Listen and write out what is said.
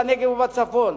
בנגב ובצפון,